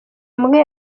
umwe